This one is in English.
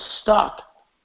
stuck